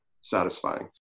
satisfying